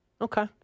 Okay